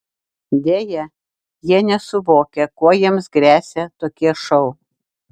deja jie nesuvokia kuo jiems gresia tokie šou